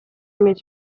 mieć